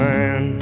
Man